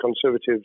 Conservatives